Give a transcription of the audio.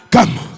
Come